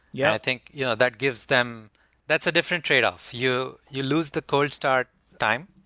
yeah i think yeah that gives them that's a different trade-off you. you lose the cold start time,